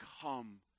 come